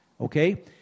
okay